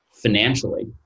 financially